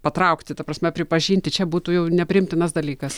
patraukti ta prasme pripažinti čia būtų jau nepriimtinas dalykas